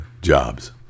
jobs